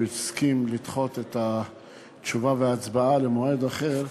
הסכים לדחות את התשובה וההצבעה למועד אחר,